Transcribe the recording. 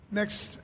next